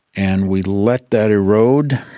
and we let that errode,